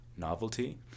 novelty